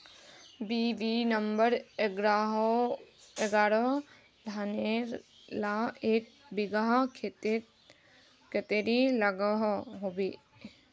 BB number एगारोह धानेर ला एक बिगहा खेतोत कतेरी लागोहो होबे?